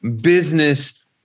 business